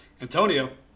Antonio